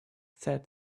said